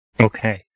Okay